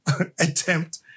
attempt